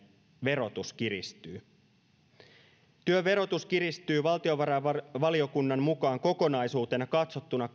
verotus kiristyy työn verotus kiristyy valtiovarainvaliokunnan mukaan kokonaisuutena katsottuna